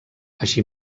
així